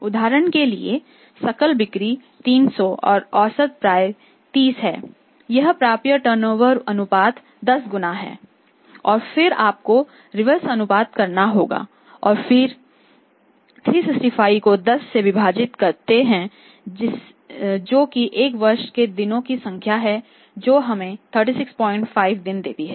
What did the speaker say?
उदाहरण के लिए सकल बिक्री 300 और औसत प्राप्य 30 हैं यह प्राप्य टर्नओवर अनुपात 10 गुना है और फिर आपको रिवर्स अनुपात करना होगा और फिर 365 को 10 से विभाजित करते हैं जो कि एक वर्ष में दिनों की संख्या है जो हमें 365 दिन देती है